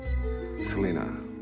Selena